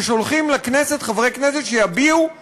ששולחים לכנסת חברי כנסת שיביעו באומץ,